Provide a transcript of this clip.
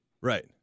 Right